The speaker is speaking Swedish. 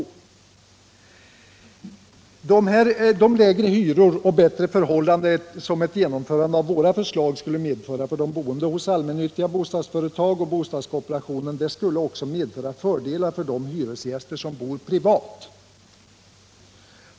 De lägre hyror och bättre förhållanden som ett genomförande av våra förslag skulle medföra för de boende hos allmännyttiga bostadsföretag och bostadskooperationen skulle också medföra fördelar för de hyresgäster som bor privat.